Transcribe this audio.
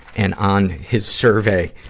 and on his survey,